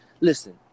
listen